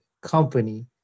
company